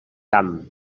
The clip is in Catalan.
camp